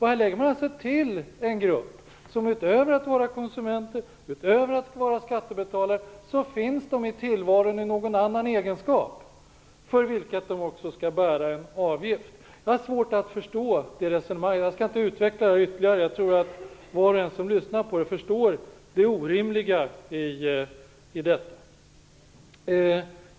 Här lägger man till en grupp som, utöver att vara konsumenter och skattebetalare, finns i tillvaron i en annan egenskap för vilken de också skall bära en avgift. Jag har svårt att förstå det resonemanget. Jag skall inte utveckla det ytterligare - jag tror att var och en som lyssnat på det förstår det orimliga i det.